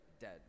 dead